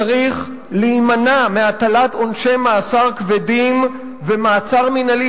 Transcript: צריך להימנע מהטלת עונשי מאסר כבדים ומעצר מינהלי,